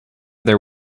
there